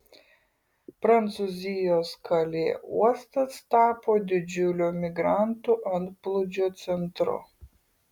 prancūzijos kalė uostas tapo didžiulio migrantų antplūdžio centru